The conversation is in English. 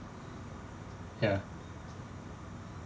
ya